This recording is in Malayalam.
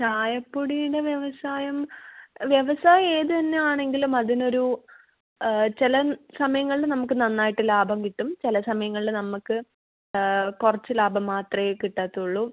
ചായപ്പൊടിയുടെ വ്യവസായം വ്യവസായം ഏത് തന്നെ ആണെങ്കിലും അതിനൊരു ചില സമയങ്ങളിൽ നമുക്ക് നന്നായിട്ട് ലാഭം കിട്ടും ചില സമയങ്ങളിൽ നമ്മൾക്ക് കുറച്ച് ലാഭം മാത്രമേ കിട്ടത്തുള്ളു